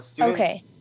Okay